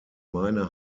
meine